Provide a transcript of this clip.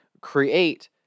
create